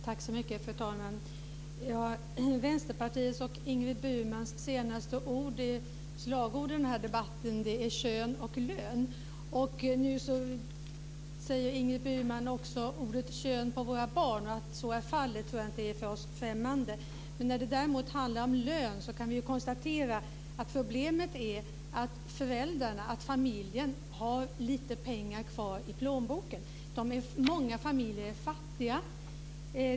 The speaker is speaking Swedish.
Fru talman! Vänsterpartiets och Ingrid Burmans senaste slagord i debatten är kön och lön. Nu talar Ingrid Burman också om kön på våra barn. Att så är fallet tror jag inte är oss främmande. När det däremot handlar om lön kan vi konstatera att problemet är att föräldrarna och familjerna har lite kvar i plånboken. Många familjer är fattiga.